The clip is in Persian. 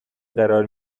قرار